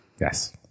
yes